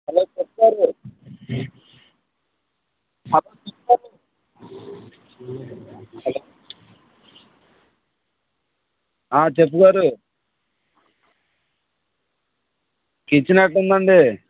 hello చెప్పు sir hello ఆ చెప్పు సారు కిచెన్ ఎట్లా ఉంది అండి